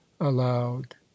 aloud